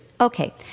Okay